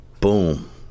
Boom